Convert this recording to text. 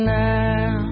now